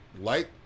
Light